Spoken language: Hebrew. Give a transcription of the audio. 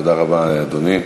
תודה רבה, אדוני.